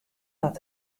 dat